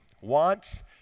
Wants